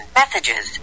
messages